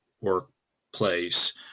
workplace